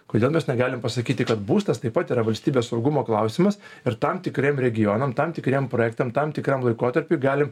kodėl mes negalim pasakyti kad būstas taip pat yra valstybės saugumo klausimas ir tam tikriem regionam tam tikriem projektam tam tikram laikotarpiui galim